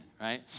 right